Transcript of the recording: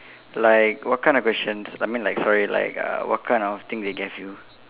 like what kind of questions I mean like sorry like uh what kind of thing they gave you